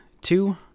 two